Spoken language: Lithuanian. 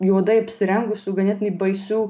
juodai apsirengusių ganėtinai baisių